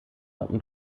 und